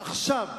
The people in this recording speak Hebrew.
עכשיו,